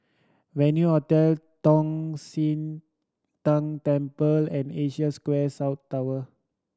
Venue Hotel Tong Sian Tng Temple and Asia Square South Tower